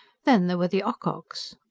then there were the ococks.